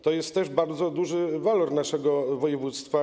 To jest też bardzo duży walor naszego województwa.